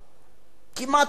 כמעט אף אחד לא שואל.